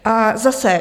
A zase.